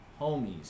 Homies